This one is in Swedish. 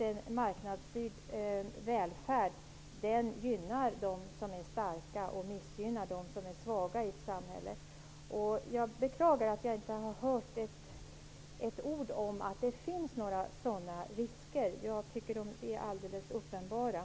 En marknadsstyrd välfärd gynnar dem som är starka och missgynnar dem som är svaga i ett samhälle. Jag beklagar att jag inte hört ett ord om att det finns några risker. Jag tycker att de är alldeles uppenbara.